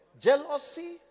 jealousy